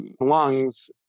lungs